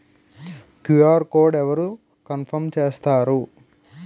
QR code అవరు confirm చేస్తారు?